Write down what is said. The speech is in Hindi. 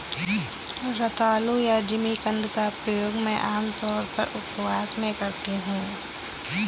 रतालू या जिमीकंद का प्रयोग मैं आमतौर पर उपवास में करती हूँ